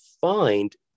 find